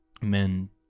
men